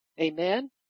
Amen